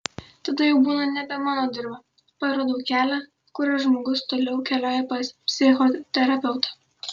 tada jau būna nebe mano dirva parodau kelią kuriuo žmogus toliau keliauja pas psichoterapeutą